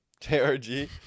jrg